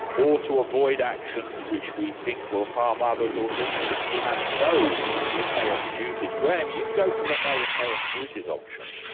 or to avoid actions which we think will harm others, or do we simply have no inherent duties? graham, you go for the no inherent duties option.